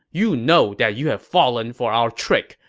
you know that you have fallen for our trick,